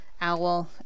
Owl